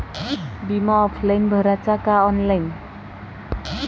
बिमा ऑफलाईन भराचा का ऑनलाईन?